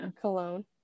Cologne